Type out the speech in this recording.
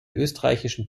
österreichischen